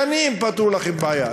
שנים פתרו לכם בעיה,